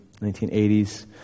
1980s